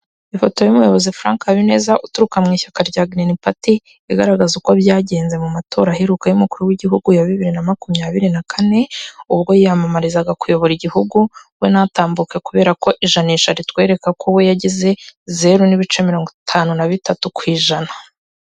Ifoto y'umuyobozi frank habineza uturuka mu ishyaka rya girini pati igaragaza uko byagenze mu matora aheruka y'umukuru w'igihugu ya bibiri na makumyabiri na kane, ubwo yiyamamarizaga kuyobora igihugu we ntatambuke kubera ko ijanisha ritwereka ko we yagize zeru n'ibice mirongo itanu na bitatu ku ijana.